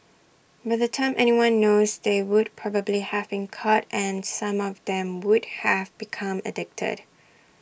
by the time anyone knows they would probably have been caught and some of them would have become addicted